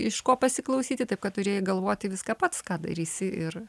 iš ko pasiklausyti taip kad turėjai galvoti viską pats ką darysi ir